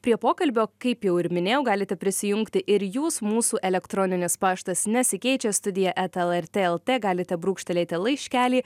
prie pokalbio kaip jau ir minėjau galite prisijungti ir jūs mūsų elektroninis paštas nesikeičia studija eta lrt lt galite brūkštelėti laiškelį